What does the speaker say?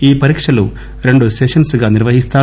ఈ పరీక్షలు రెండు సెషన్స్ నిర్వహిస్తారు